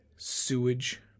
sewage